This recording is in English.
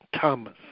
thomas